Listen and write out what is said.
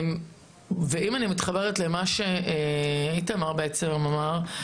אם אני מתחברת למה שאיתמר אמר,